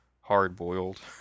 hard-boiled